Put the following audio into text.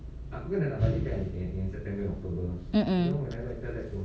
mm mm